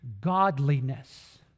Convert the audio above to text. godliness